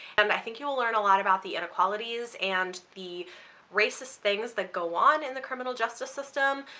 and i think you will learn a lot about the inequalities and the racist things that go on in the criminal justice system.